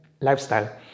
lifestyle